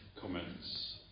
comments